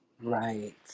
Right